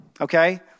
okay